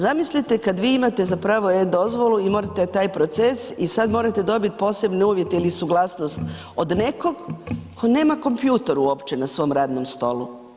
Zamislite kad vi imate zapravo e-dozvolu i morate taj proces i sad morate dobit posebne uvjete ili suglasnost od nekog, on nema kompjuter uopće na svom radnog stolu.